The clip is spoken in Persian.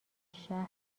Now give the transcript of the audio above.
شهر